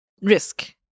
risk